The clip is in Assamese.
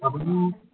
আপুনি